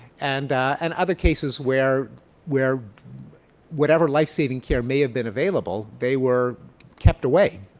and and other cases where where whatever life saving care may have been available, they were kept away.